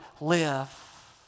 live